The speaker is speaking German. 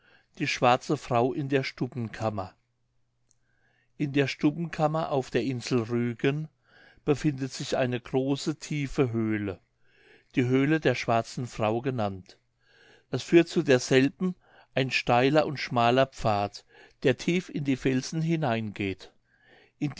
die schwarze frau in der stubbenkammer in der stubbenkammer auf der insel rügen befindet sich eine große tiefe höhle die höhle der schwarzen frau genannt es führt zu derselben ein steiler und schmaler pfad der tief in die felsen hineingeht